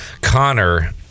Connor